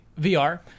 VR